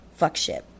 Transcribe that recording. fuckship